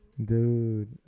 dude